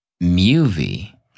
movie